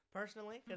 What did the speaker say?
personally